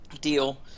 deal